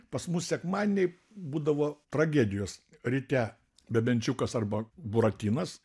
pas mus sekmadieniai būdavo tragedijos ryte bebenčiukas arba buratinas